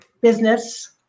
business